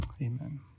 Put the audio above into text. Amen